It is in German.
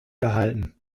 erhalten